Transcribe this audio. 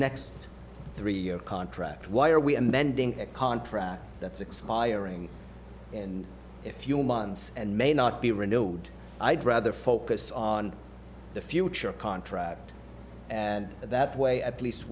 next three year contract why are we amending a contract that's expiring and if you're months and may not be renewed i'd rather focus on the future contract and that way at least